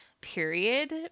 period